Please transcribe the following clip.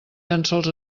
llençols